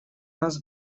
нас